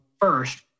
first